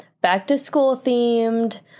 back-to-school-themed